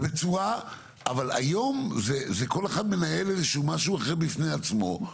אבל היום זה כל אחד מנהל משהו אחר בפני עצמו,